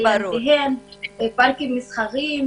פארקים מסחריים,